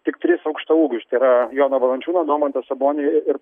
tik tris aukštaūgius tai yra jono valančiūno domanto sabonio ir